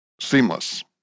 seamless